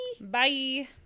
bye